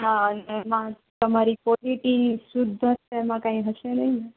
હા અને એમાં તમારી ક્વોલીટી શુદ્ધ હશે એમાં કાઈ હશે નઈ ને